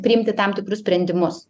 priimti tam tikrus sprendimus